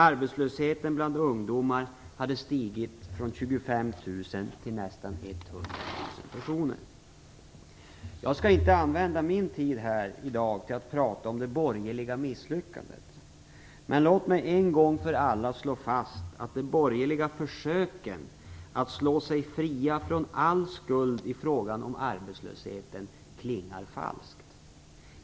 Arbetslösheten bland ungdomar hade stigit från 25 000 till nästan Jag skall inte använda min tid här i dag till att tala om det borgerliga misslyckandet. Men låt mig en gång för alla slå fast att de borgerliga försöken att slå sig fria från all skuld i fråga om arbetslösheten klingar falskt.